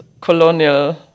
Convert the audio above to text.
colonial